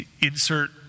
Insert